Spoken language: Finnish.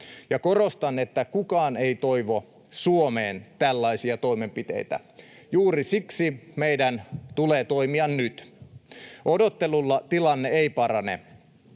korostan, että kukaan ei toivo Suomeen tällaisia toimenpiteitä. Juuri siksi meidän tulee toimia nyt. Odottelulla tilanne ei parane.